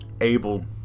able